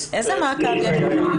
כשאת אומרת "הפצנו"